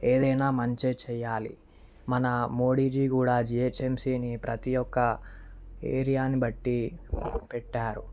ఏదైనా మంచే చెయ్యాలి మన మోడీజీ కూడా జిహెచ్ఎంసినీ ప్రతీ ఒక్క ఏరియాని బట్టి పెట్టారు